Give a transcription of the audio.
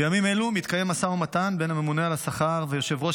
בימים אלה מתקיים משא ומתן בין הממונה על השכר ויושב-ראש